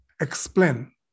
explain